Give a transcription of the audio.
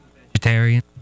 Vegetarian